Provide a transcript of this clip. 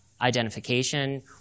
identification